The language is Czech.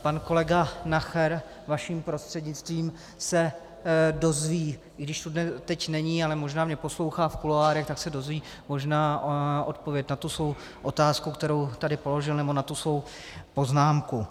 Pan kolega Nacher vaším prostřednictvím se dozví, i když tu teď není, ale možná mě poslouchá v kuloárech, tak se dozví možná odpověď na tu svou otázku, kterou tady položil, nebo na tu svou poznámku.